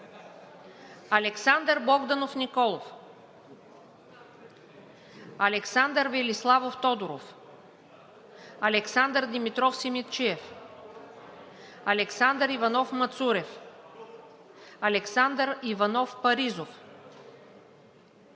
Александър Богданов Николов - тук Александър Велиславов Тодоров - тук Александър Димитров Симидчиев - тук Александър Иванов Мацурев - тук Александър Иванов Паризов